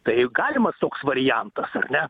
tai galimas toks variantas ar ne